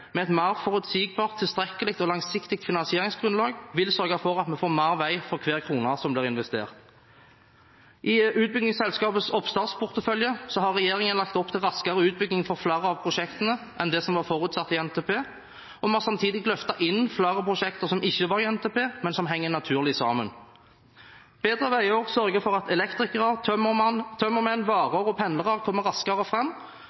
med et mer forutsigbart, tilstrekkelig og langsiktig finansieringsgrunnlag vil sørge for at vi får mer vei for hver krone som blir investert. I utbyggingsselskapets oppstartsportefølje har regjeringen lagt opp til raskere utbygging for flere av prosjektene enn det som var forutsatt i NTP 2014–2023, og vi har samtidig løftet inn flere prosjekter som ikke var i NTP, men som henger naturlig sammen. Bedre veier sørger for at elektrikere, tømmermenn, varer og pendlere kommer raskere